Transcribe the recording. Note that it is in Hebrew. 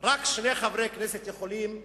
רק שני חברי כנסת יכולים